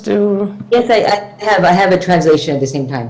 על העבודה שעשית עם הסרטון שכלל אלימות.